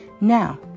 Now